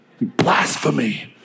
blasphemy